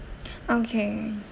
okay